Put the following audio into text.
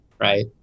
Right